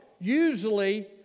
Usually